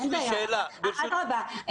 אדרבה,